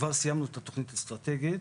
כבר סיימנו את התוכנית האסטרטגית